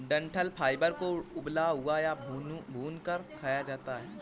डंठल फाइबर को उबला हुआ या भूनकर खाया जाता है